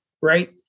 right